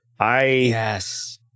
Yes